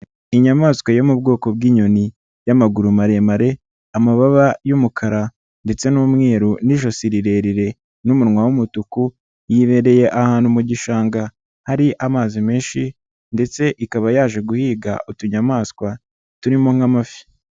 Inyamaswa yo mu bwoko bw'inyoni y'amaguru maremare, amababa y'umukara ndetse n'umweru n'ijosi rirerire n'umunwa w'umutuku, yibereye ahantu mu gishanga, hari amazi menshi ndetse ikaba yaje guhiga utunyamaswa, turimo nk'amafi.